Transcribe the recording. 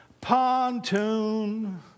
Pontoon